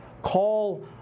Call